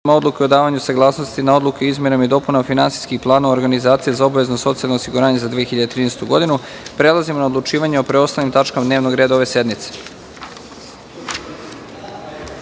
odluka o davanju saglasnosti na odluke o izmenama i dopunama finansijskih planova organizacija za obavezno socijalno osiguranje za 2013. godinu, prelazimo na odlučivanje o preostalim tačkama dnevnog reda ove